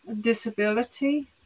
disability